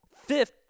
fifth